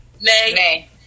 Nay